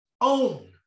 Own